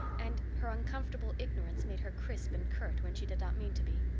and her uncomfortable ignorance made her crisp and curt when she did not mean to be.